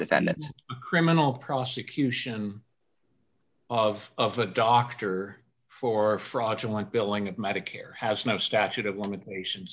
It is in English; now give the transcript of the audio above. defendants criminal prosecution of the doctor for fraudulent billing and medicare has no statute of limitations